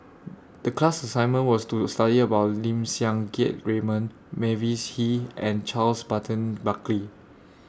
The class assignment was to study about Lim Siang Keat Raymond Mavis Hee and Charles Burton Buckley